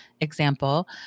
Example